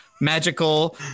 magical